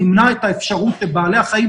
ימנע את האפשרות לבעלי החיים,